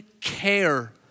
care